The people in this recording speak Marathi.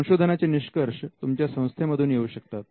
संशोधनाचे निष्कर्ष तुमच्या संस्थेमधून येऊ शकतात